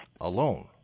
alone